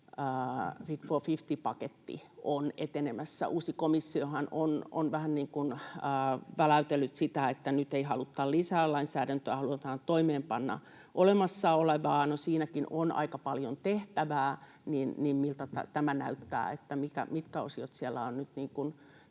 55 ‑paketti on etenemässä? Uusi komissiohan on vähän väläytellyt sitä, että nyt ei haluta lisää lainsäädäntöä, vaan halutaan toimeenpanna olemassa olevaa. No, kun siinäkin on aika paljon tehtävää, niin miltä tämä näyttää? Mitkä osiot siellä ovat nyt menossa